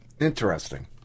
Interesting